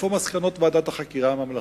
איפה מסקנות ועדת החקירה הממלכתית?